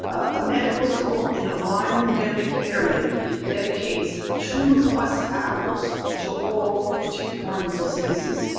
a medical school in a lyme endemic area dedicates two-plus hours to all tick-borne diseases.